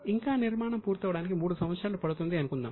ఇంకా నిర్మాణం పూర్తవడానికి 3 సంవత్సరాలు పడుతుందని అనుకుందాం